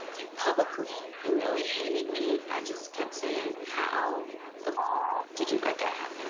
you publicly humiliated me. i just kept saying how the did you let that